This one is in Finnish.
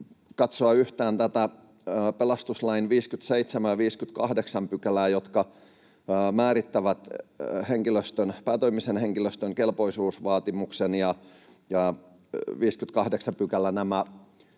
katsoa yhtään pelastuslain 57 ja 58 §:ää, jotka määrittävät päätoimisen henkilöstön kelpoisuusvaatimuksen, ja 58 §